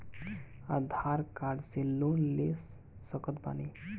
आधार card से loan ले सकत बणी?